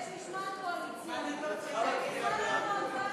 יש משמעת קואליציונית ואני צריכה לעמוד בה.